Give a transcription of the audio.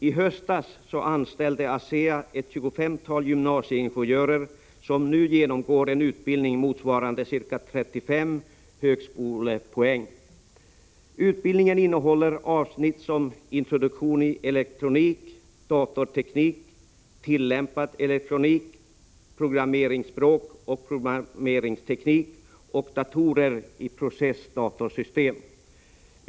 I höstas anställde ASEA ett tjugofemtal gymnasieingenjörer, som nu genomgår en utbildning motsvarande ca 35 högskolepoäng. Utbildningen innehåller avsnitt som introduktion i elektronik, datorteknik, tillämpad elektronik, programmeringsspråk, programmeringsteknik och datorer i processdatorsystem.